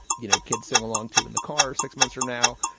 you know, kids sing along to in the car six months from now.